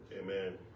Amen